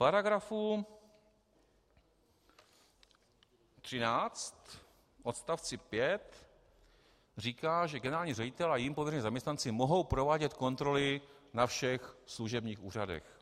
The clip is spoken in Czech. § 13 odst. 5 říká, že generální ředitel a jím pověření zaměstnanci mohou provádět kontroly na všech služebních úřadech.